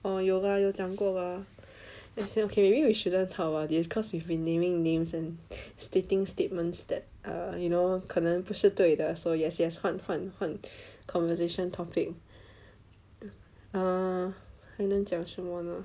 orh 有啊有讲过啊 as in ok maybe we shouldn't talk about this cause we have been naming names and stating statements that are you know 可能不是对的 so yes yes 换换换 conversation topic err 还能讲什么呢